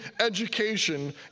education